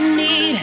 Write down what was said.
need